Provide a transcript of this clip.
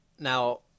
Now